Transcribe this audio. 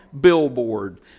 billboard